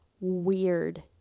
weird